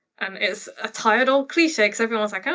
and it's a tired old cliche cause everyone's like oh,